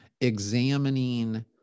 examining